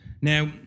Now